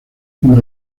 como